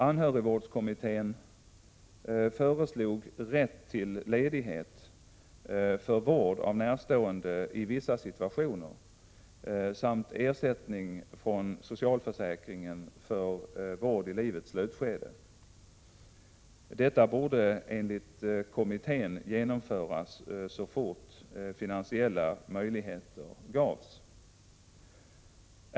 Anhörigvårdskommittén föreslog rätt till ledighet för vård av närstående i vissa situationer samt ersättning från socialförsäkringen för vård i livets slutskede. Detta borde enligt kommittén genomföras så fort finansiella möjligheter finns.